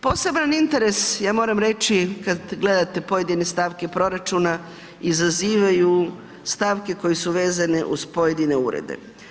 Poseban interes, ja moram reći kad gledate pojedine stavke proračuna izazivaju stavke koje su vezane uz pojedine urede.